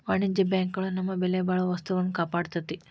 ವಾಣಿಜ್ಯ ಬ್ಯಾಂಕ್ ಗಳು ನಮ್ಮ ಬೆಲೆಬಾಳೊ ವಸ್ತುಗಳ್ನ ಕಾಪಾಡ್ತೆತಿ